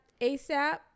ASAP